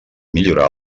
millorar